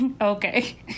Okay